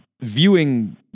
viewing